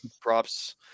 props